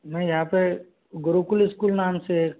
मैं यहाँ पे गुरुकुल स्कूल नाम से एक